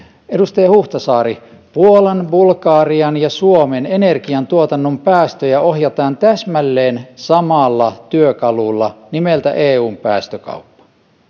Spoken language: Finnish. edustaja huhtasaari puolan bulgarian ja suomen energiantuotannon päästöjä ohjataan täsmälleen samalla työkalulla nimeltä eun päästökauppa